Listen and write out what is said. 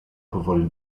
powoli